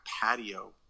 patio